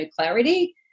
clarity